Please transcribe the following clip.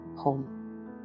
home